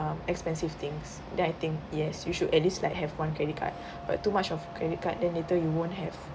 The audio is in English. um expensive things then I think yes you should at least like have one credit card but too much of credit card then later you won't have